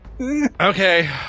Okay